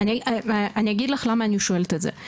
אני אגיד לך למה אני שואלת את זה,